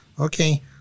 Okay